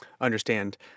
understand